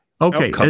Okay